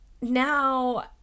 now